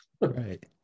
Right